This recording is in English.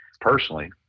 personally